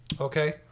Okay